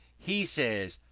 he says,